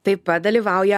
taip pat dalyvauja